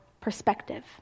perspective